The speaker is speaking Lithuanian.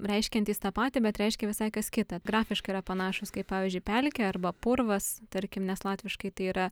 reiškiantys tą patį bet reiškia visai kas kita grafiškai yra panašūs kaip pavyzdžiui pelkė arba purvas tarkim nes latviškai tai yra